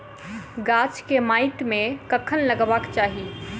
गाछ केँ माइट मे कखन लगबाक चाहि?